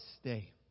stay